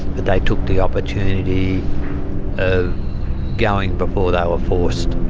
but they took the opportunity of going before they were forced.